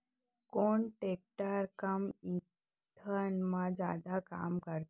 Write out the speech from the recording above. कोन टेकटर कम ईंधन मा जादा काम करथे?